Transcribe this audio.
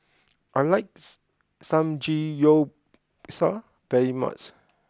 I likes Samgeyopsal very much